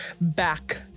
back